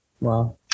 Wow